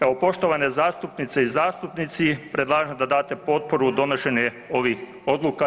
Evo poštovane zastupnice i zastupnici predlažem da date potporu u donošenju ovih odluka.